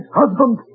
husband